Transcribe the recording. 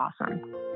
awesome